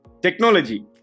Technology